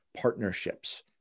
partnerships